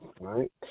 right